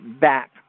back